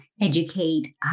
educate